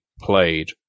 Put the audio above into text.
played